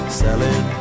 selling